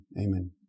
Amen